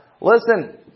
Listen